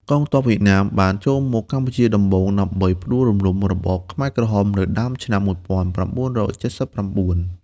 កងទ័ពវៀតណាមបានចូលមកកម្ពុជាដំបូងដើម្បីផ្ដួលរំលំរបបខ្មែរក្រហមនៅដើមឆ្នាំ១៩៧៩។